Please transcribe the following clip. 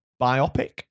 biopic